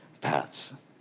paths